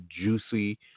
Juicy